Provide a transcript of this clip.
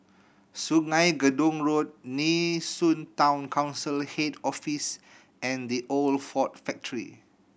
Sungei Gedong Road Nee Soon Town Council Head Office and The Old Ford Factory